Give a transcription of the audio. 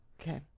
okay